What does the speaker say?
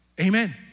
Amen